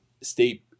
stay